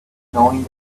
knowing